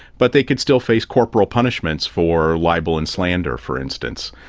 but they could still face corporal punishments for libel and slander, for instance.